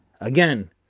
again